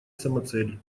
самоцель